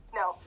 no